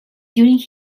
during